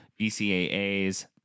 bcaa's